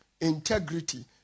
integrity